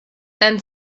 then